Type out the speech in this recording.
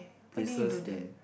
places in